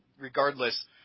regardless